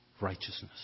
Righteousness